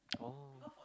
oh